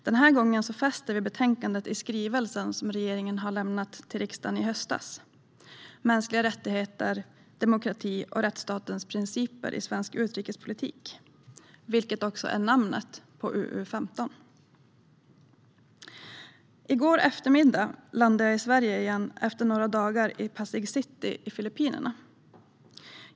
Den här gången befäster vi betänkandet i den skrivelse som regeringen lämnade till riksdagen i höstas, Mänskliga rättigheter, demokrati och rättsstatens principer i svensk utrikespolitik , vilket också är namnet på betänkandet UU15. I går eftermiddag landade jag i Sverige igen efter några dagar i Pacific City i Filippinerna.